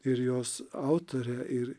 ir jos autorę ir